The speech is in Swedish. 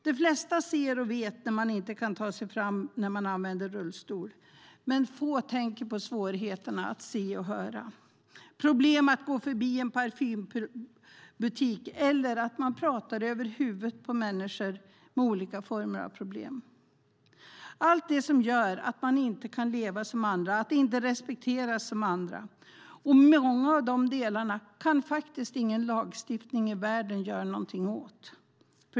De flesta ser och vet när man inte kan ta sig fram när man använder rullstol, men få tänker på svårigheterna att inte se och höra, problem att gå förbi en parfymbutik eller att man pratar över huvudet på människor med olika former av problem, allt det som gör att man inte kan leva som andra, att man inte respekteras som andra. Många av de delarna kan faktiskt ingen lagstiftning i världen göra någonting åt.